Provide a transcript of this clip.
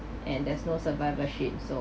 and there's no survivorship so